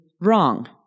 wrong